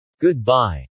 Goodbye